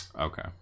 okay